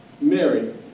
Mary